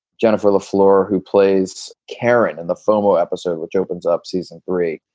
jennifer lefleur, who plays karen in the fumo episode, which opens up season three.